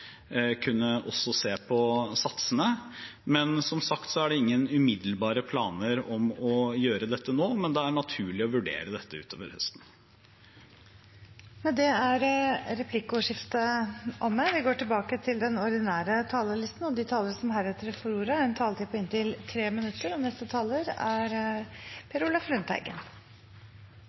se også på satsene. Det er som sagt ingen umiddelbare planer om å gjøre dette nå, men det er naturlig å vurdere det utover høsten. Replikkordskiftet er dermed omme. De talere som heretter får ordet, har en taletid på inntil 3 minutter. Etter å ha hørt statsrådens siste svar velger jeg å ta et innlegg til. Alle er